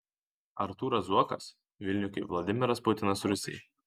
artūras zuokas vilniui kaip vladimiras putinas rusijai